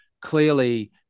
clearly